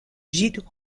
gîte